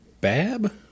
bab